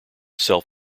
self